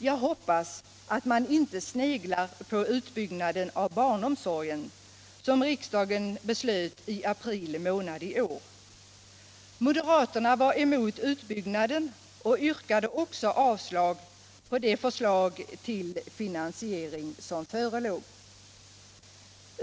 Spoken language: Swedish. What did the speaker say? Jag hoppas att man inte sneglar på utbyggnaden av barnomsorgen, som riksdagen beslöt i april månad i år. Moderaterna var emot utbyggnaden och yrkade också avslag på det förslag till finansiering som förelåg.